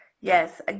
Yes